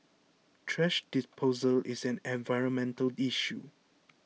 thrash disposal is an environmental issue